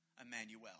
Emmanuel